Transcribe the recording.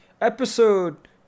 Episode